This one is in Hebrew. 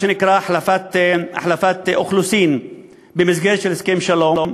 שנקרא החלפת אוכלוסין במסגרת הסכם שלום?